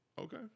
Okay